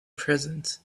present